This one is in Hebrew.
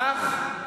אך ורק משרות אמון.